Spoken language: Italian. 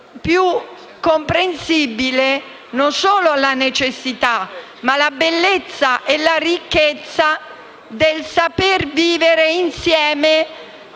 comprensibile non solo la necessità, ma anche la bellezza e la ricchezza del saper vivere insieme,